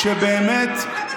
כל הליכודניקים,